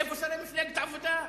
איפה שרי מפלגת העבודה?